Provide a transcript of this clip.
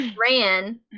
ran